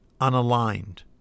unaligned